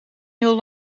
heel